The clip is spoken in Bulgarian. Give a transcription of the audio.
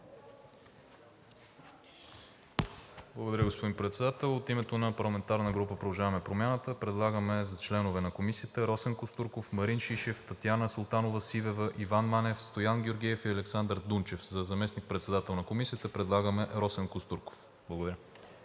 Благодаря, господин Председател. От името на парламентарната група на „Продължаваме Промяната“ предлагам за членове на Комисията Росен Костурков, Марин Шишев, Татяна Султанова-Сивева, Иван Манев, Стоян Георгиев и Александър Дунчев. За заместник-председател на Комисията предлагам Росен Костурков. Благодаря